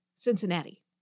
Cincinnati